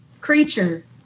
creature